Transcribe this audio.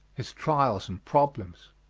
his trials and problems.